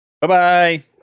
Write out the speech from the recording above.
Bye-bye